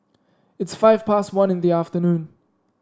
its five past one in the afternoon